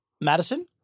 Madison